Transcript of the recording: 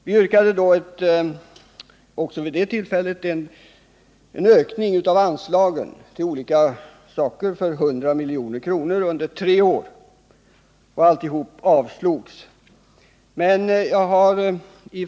Vi lade också vid det tillfället fram ett yrkande om ökning av anslagen med 100 milj.kr. under tre år till olika delområden, men detta avslogs.